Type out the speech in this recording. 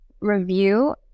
review